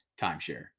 timeshare